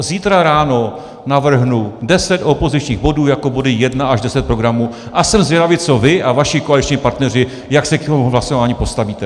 Zítra ráno navrhnu deset opozičních bodů jako body 1 až 10 programu a jsem zvědavý, co vy a vaši koaliční partneři, jak se k tomu hlasování postavíte.